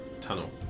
tunnel